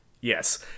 Yes